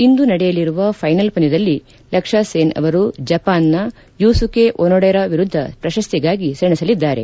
ಇಂದು ನಡೆಯಲಿರುವ ಫೈನಲ್ ಪಂದ್ಯದಲ್ಲಿ ಲಕ್ಷ್ಯ ಸೇನ್ ಅವರು ಜಪಾನ್ನ ಯೂಸುಕೆ ಓನೊಡೆರಾ ವಿರುದ್ಧ ಪ್ರಶಸ್ತಿಗಾಗಿ ಸೆಣಸಲಿದ್ದಾರೆ